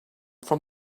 from